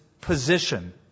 position